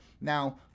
Now